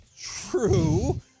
true